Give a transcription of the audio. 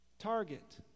Target